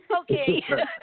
Okay